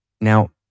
Now